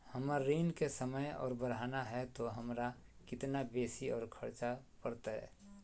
हमर ऋण के समय और बढ़ाना है तो हमरा कितना बेसी और खर्चा बड़तैय?